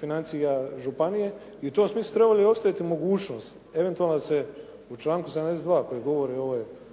financija županije i u tom smislu trebamo ostaviti mogućnost eventualno da se u članku 72. koji govori o ovoj